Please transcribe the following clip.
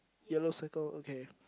yellow circle okay